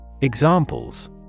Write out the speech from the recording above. Examples